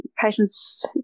Patients